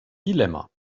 dilemma